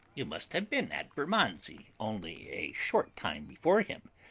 you must have been at bermondsey only a short time before him.